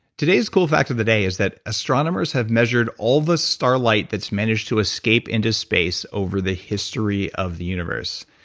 today's cool fact of the day is that astronomers have measured all the starlight that's managed to escape into space over the history of the universe.